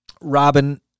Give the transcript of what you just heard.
Robin